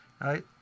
Right